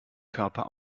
körper